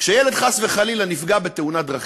כשילד, חס וחלילה, נפגע בתאונת דרכים,